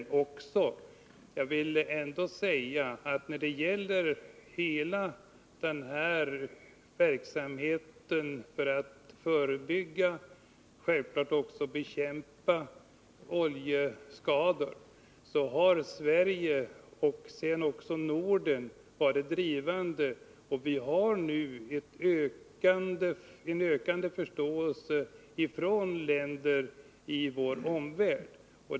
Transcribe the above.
Jag vill ändå säga att Sverige, liksom Norden, har varit drivande när det gäller hela den här verksamheten för att förebygga och självfallet också bekämpa oljeskador. Vi har nu fått en ökande förståelse från länder i vår omvärld.